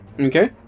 Okay